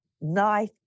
knife